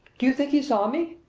do you think he saw me?